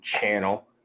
channel